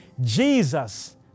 Jesus